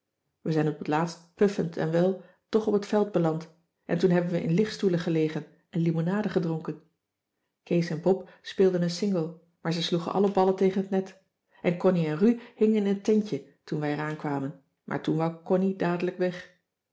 we zijn op t laatst puffend en wel toch op het veld beland en toen hebben we in ligstoelen gelegen en limonade gedronken kees en pop speelden een single maar ze sloegen alle ballen tegen het net en connie en ru hingen in het tentje toen wij er aankwamen maar toen wou connie dadelijk weg